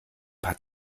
hat